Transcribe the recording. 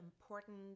important